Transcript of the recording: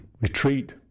retreat